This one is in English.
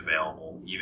available